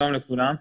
שלום לכולם.